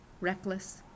reckless